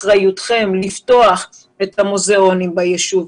אחריותכן לפתוח את המוזיאונים בישוב,